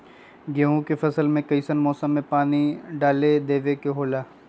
गेहूं के फसल में कइसन मौसम में पानी डालें देबे के होला?